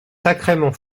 sacrément